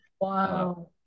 wow